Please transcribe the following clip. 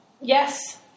Yes